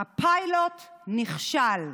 "הפיילוט נכשל.